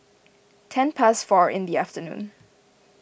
ten past four in the afternoon